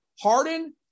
Harden